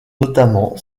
notamment